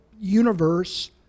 universe